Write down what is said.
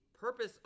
purpose